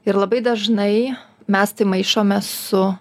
ir labai dažnai mes maišome su